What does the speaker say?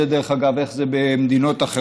דרך אגב, אני לא יודע איך זה במדינות אחרות.